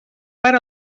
per